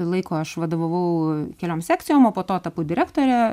laiko aš vadovavau keliom sekcijom o po to tapau direktore